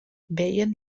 veien